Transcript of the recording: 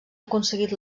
aconseguit